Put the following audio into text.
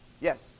Yes